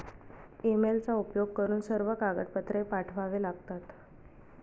ईमेलचा उपयोग करून सर्व कागदपत्रे पाठवावे लागतात